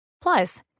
Plus